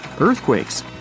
earthquakes